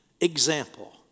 example